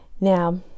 now